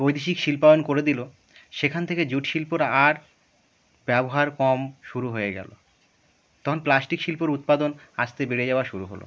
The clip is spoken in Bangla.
বৈদেশিক শিল্পায়ন করে দিল সেখান থেকে জুট শিল্পর আর ব্যবহার কম শুরু হয়ে গেলো তখন প্লাস্টিক শিল্পর উৎপাদন আসতে বেড়ে যাওয়া শুরু হলো